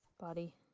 body